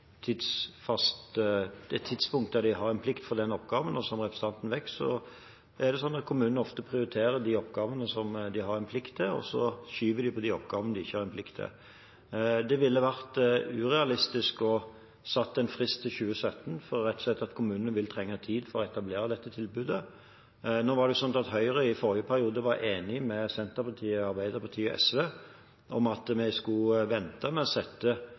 et tidspunkt for når de har plikt til å gjøre denne oppgaven. Og som representanten vet, prioriterer kommunene ofte de oppgavene som de har plikt til å gjøre, og så skyver de på de oppgavene de ikke har plikt til å gjøre. Det ville vært urealistisk å sette fristen til 2017, rett og slett fordi kommunene vil trenge tid til å etablere dette tilbudet. Høyre var i forrige periode enig med Senterpartiet, Arbeiderpartiet og SV om at en skulle vente med å sette en tidsfrist til en så at kommunene hadde etablert tilbudet, ut fra den begrunnelse at det